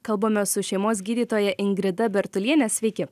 kalbamės su šeimos gydytoja ingrida bertulienė sveiki